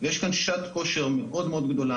ויש כאן שעת כושר מאוד גדולה,